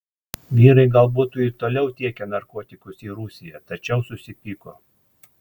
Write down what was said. vyrai gal būtų ir toliau tiekę narkotikus į rusiją tačiau susipyko